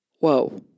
Whoa